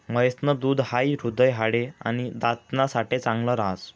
म्हैस न दूध हाई हृदय, हाडे, आणि दात ना साठे चांगल राहस